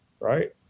Right